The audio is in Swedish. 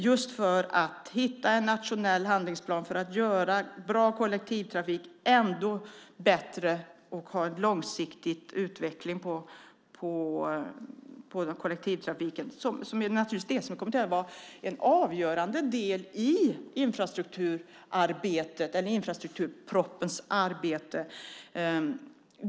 Vi ska hitta en nationell handlingsplan för att göra bra kollektivtrafik ännu bättre och ha en långsiktig utveckling på kollektivtrafiken, som naturligtvis kommer att vara en avgörande del i infrastrukturarbetet och infrastrukturpropositionens arbete.